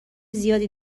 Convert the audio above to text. زیادی